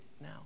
now